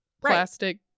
plastic